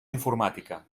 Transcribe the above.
informàtica